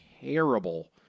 terrible